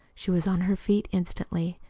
she was on her feet instantly.